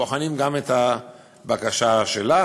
בוחנים גם את הבקשה שלך,